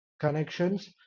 connections